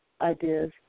ideas